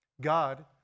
God